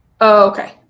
Okay